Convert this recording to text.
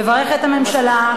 לברך את הממשלה,